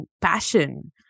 passion